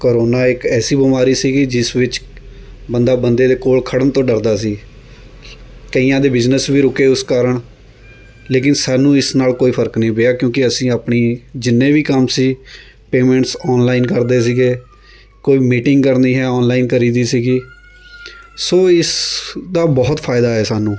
corona ਇੱਕ ਐਸੀ ਬਿਮਾਰੀ ਸੀਗੀ ਜਿਸ ਵਿੱਚ ਬੰਦਾ ਬੰਦੇ ਦੇ ਕੋਲ ਖੜਨ ਤੋਂ ਡਰਦਾ ਸੀ ਕਈਆਂ ਦੇ ਬਿਜਨਸ ਵੀ ਰੁਕੇ ਉਸ ਕਾਰਨ ਲੇਕਿਨ ਸਾਨੂੰ ਇਸ ਨਾਲ਼ ਕੋਈ ਫ਼ਰਕ ਨਹੀਂ ਪਿਆ ਕਿਉਂਕਿ ਅਸੀਂ ਆਪਣੀ ਜਿੰਨੇ ਵੀ ਕੰਮ ਸੀ ਪੇਮੈਂਟਸ ਔਨਲਾਈਨ ਕਰਦੇ ਸੀਗੇ ਕੋਈ ਮੀਟਿੰਗ ਕਰਨੀ ਹੈ ਔਨਲਾਈਨ ਕਰੀਦੀ ਸੀਗੀ ਸੋ ਇਸਦਾ ਬਹੁਤ ਫਾਈਦਾ ਹੈ ਸਾਨੂੰ